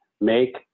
Make